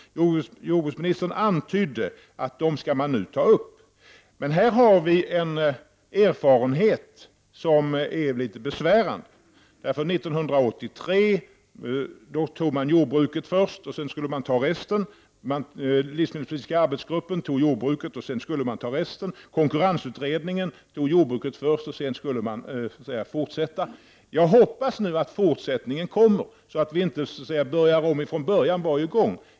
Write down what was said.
Jordbruksministern antydde att man nu skall ta upp dessa. Här har vi en erfarenhet som är något besvärande. 1983 tog man upp jordbruket först, och därefter skulle man ta resten. Den livsmedelspolitiska arbetsgruppen ägnade sig först åt jordbruket, och sedan skulle man ta resten. Konkurrensutredningen tog också upp jordbruket först. Jag hoppas nu att fortsättningen kommer, så att vi inte börjar om från början varje gång.